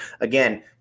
Again